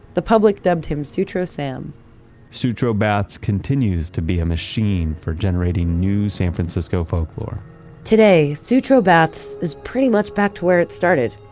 the public dubbed him sutro sam sutro baths continues to be a machine for generating new san francisco folklore today, sutro baths, is pretty much back to where it started.